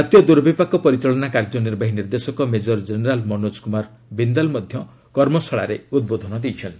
ଜାତୀୟ ଦୂର୍ବିପାକ ପରିଚାଳନା କାର୍ଯ୍ୟନିର୍ବାହୀ ନିର୍ଦ୍ଦେଶକ ମେଜର୍ ଜେନେରାଲ୍ ମନୋଜ କୁମାର ବିନ୍ଦାଲ୍ ମଧ୍ୟ କର୍ମଶାଳାରେ ଉଦ୍ବୋଧନ ଦେଇଛନ୍ତି